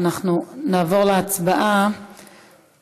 אנחנו נעבור להצבעה על